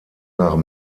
nach